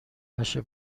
نشه